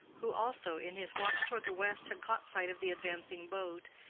who also, in his watch toward the west, had caught sight of the advancing boat,